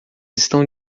estão